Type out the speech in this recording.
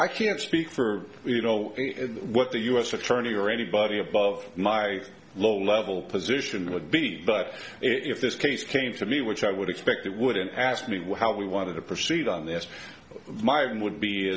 i can't speak for you know what the u s attorney or anybody above my low level position would be but if this case came to me which i would expect it wouldn't ask me how we want to proceed on this my own would be